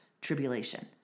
tribulation